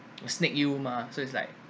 a snake you mah so it's like